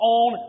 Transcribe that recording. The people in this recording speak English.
on